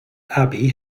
abbey